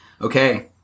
Okay